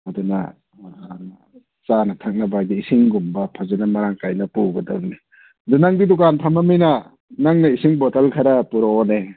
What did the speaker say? ꯑꯗꯨꯅ ꯆꯥꯅ ꯊꯛꯅꯕ ꯍꯥꯏꯗꯤ ꯏꯁꯤꯡꯒꯨꯝꯕ ꯐꯖꯅ ꯃꯔꯥꯡ ꯀꯥꯏꯅ ꯄꯨꯒꯗꯝꯅꯤ ꯑꯗꯨ ꯅꯪꯗꯤ ꯗꯨꯀꯥꯟ ꯐꯝꯃꯃꯤꯅ ꯅꯪꯅ ꯏꯁꯤꯡ ꯕꯣꯇꯜ ꯈꯔ ꯄꯨꯔꯛꯑꯣꯅꯦ